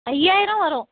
ஐயாயிரம் வரும்